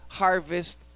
harvest